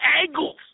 angles